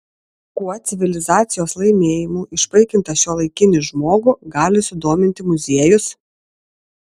kuo civilizacijos laimėjimų išpaikintą šiuolaikinį žmogų gali sudominti muziejus